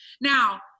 Now